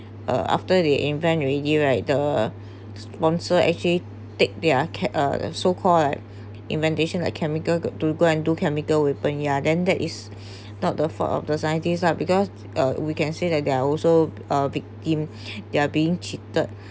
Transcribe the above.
uh after they invent already right the sponsor actually take their ca~ uh so call like inventation like chemical to go and do chemical weapon yeah then that is not the fault of the scientist lah because uh we can see that they also uh victim they are being cheated